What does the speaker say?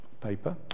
paper